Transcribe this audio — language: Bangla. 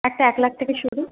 একটা এক লাখ থেকে শুরু